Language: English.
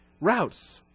routes